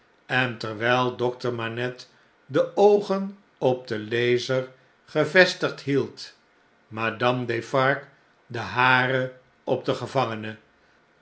en terwjjl dokter manette de oogen op den lezer gevestigd hield madame defarge de hare op den gevangene